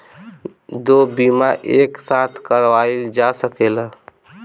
दो बीमा एक साथ करवाईल जा सकेला?